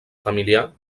familiar